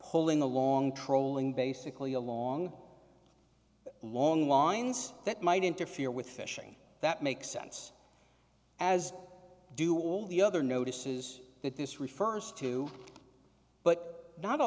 pulling along trolling basically a long long lines that might interfere with fishing that makes sense as do all the other notices that this refers to but not a